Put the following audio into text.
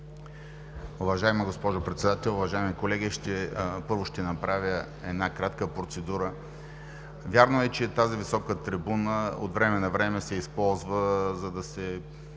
Уважаема госпожо Председател, уважаеми колеги! Първо, ще направя една кратка процедура. Вярно е, че тази висока трибуна от време на време се използва, за да се